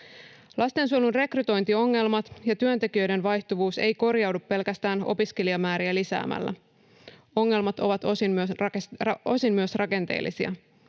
Lastensuojelun rekrytointiongelmat ja työntekijöiden vaihtuvuus eivät korjaudu pelkästään opiskelijamääriä lisäämällä. Ongelmat ovat osin myös rakenteellisia.